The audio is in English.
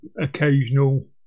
occasional